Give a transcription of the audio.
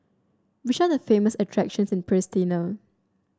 which are the famous attractions in Pristina